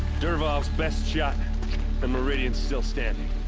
dervahl's best shot. and meridian's still standing.